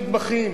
נדבכים: